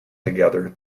together